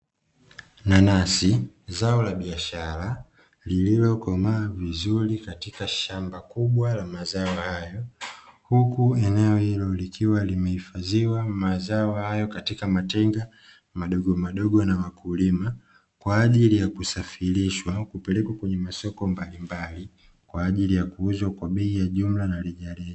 Nanasi zao la biashara lililokomaa vizuri katika shamba kubwa la mazao hayo, huku eneo hilo likiwa limehifadhiwa mazao hayo katika matenga madogo madogo na wakulima, kwajili ya kusafirishwa kupelekwa kwenye masoko mbalimbali kwajili ya kuuzwa kwa bei ya jumla na rejareja.